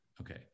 Okay